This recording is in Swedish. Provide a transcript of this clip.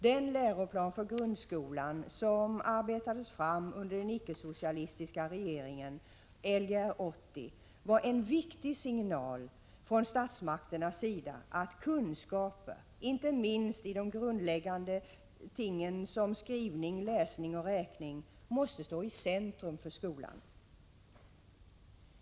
Den läroplan för grundskolan som arbetades fram under de icke-socialistiska regeringsåren, Lgr 80, var en viktig signal från statsmakternas sida om att kunskaper, inte minst i grundläggande ting som skrivning, läsning och räkning, måste stå i centrum i skolan.